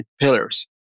pillars